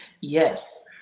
Yes